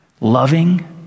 loving